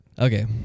Okay